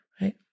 right